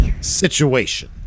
situation